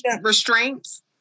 Restraints